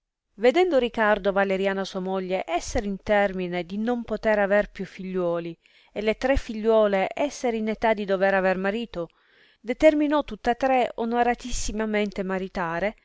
vedendo ricardo valeriana sua moglie esser in termine di non poter avere più figliuoli e le tre figliuole esser in età di dover aver marito determinò tutta tre onoratissimamente maritare